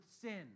sin